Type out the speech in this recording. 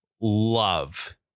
love